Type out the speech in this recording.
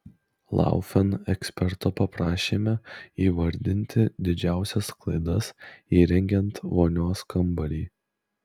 laufen eksperto paprašėme įvardinti didžiausias klaidas įrengiant vonios kambarį